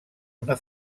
una